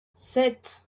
sept